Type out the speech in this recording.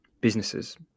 businesses